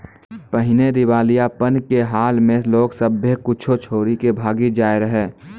पहिने दिबालियापन के हाल मे लोग सभ्भे कुछो छोरी के भागी जाय रहै